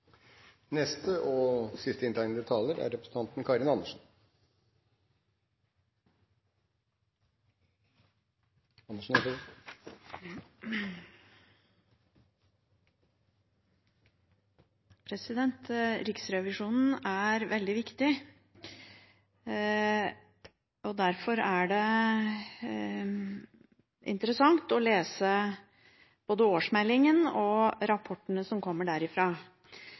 Riksrevisjonen er veldig viktig, og derfor er det interessant å lese både årsmeldingen og rapportene som kommer